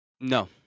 no